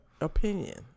opinion